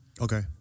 Okay